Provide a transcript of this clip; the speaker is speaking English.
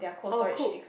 oh Coop